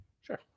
Sure